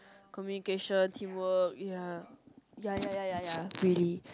communication team work ya ya ya ya ya ya really